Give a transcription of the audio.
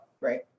Right